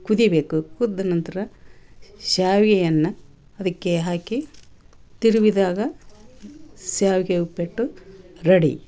ಕುದಿಯಬೇಕು ಕುದ್ದ ನಂತರ ಶಾವಿಗೆಯನ್ನ ಅದಕ್ಕೆ ಹಾಕಿ ತಿರುವಿದಾಗ ಶ್ಯಾವ್ಗೆ ಉಪ್ಪಿಟ್ಟು ರಡಿ